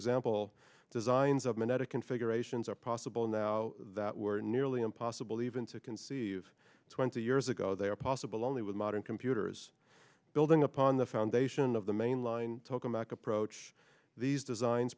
example designs of minetta configurations are possible now that were nearly impossible even to conceive twenty years ago they are possible only with modern computers building upon the foundation of the mainline tocome back approach these designs